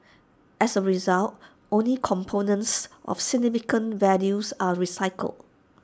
as A result only components of significant values are recycled